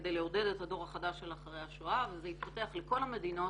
כדי לעודד את הדור החדש של אחרי השואה וזה התפתח לכל המדינות